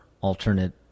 alternate